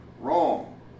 wrong